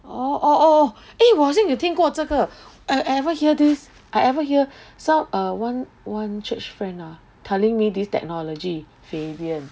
oh oh oh eh 我好像有听过这个 I ever hear this I ever hear so err one one church friend ah telling me this technology Fabian